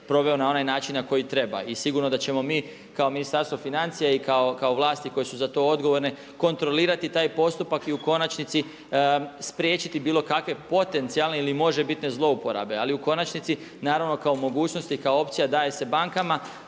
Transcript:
na onaj način koji treba. I sigurno da ćemo mi kao Ministarstvo financija i kao vlasti koje su za to odgovorne kontrolirati taj postupak i u konačnici spriječiti bilo kakve potencijalne ili možebitne zlouporabe. Ali u konačnici naravno kao mogućnost i kao opcija daje se bankama.